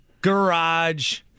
garage